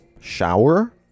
shower